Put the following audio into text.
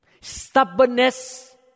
stubbornness